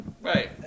Right